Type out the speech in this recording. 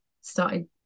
started